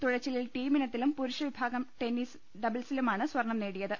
തുഴച്ചിലിൽ ടീമിനത്തിലും പുരുഷവിഭാഗം ടെന്നീസ് ഡബിൾസി ലുമാണ് സ്വർണം നേടിയത്